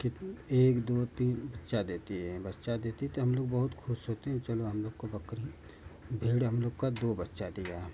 कित एक दो तीन बच्चा देती है बच्चा देती है तो हम लोग बहुत ख़ुश होते हैं चलो हम लोग को बकरी भेड़ हम लोग का दो बच्चा दिया है